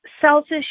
selfish